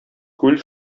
күл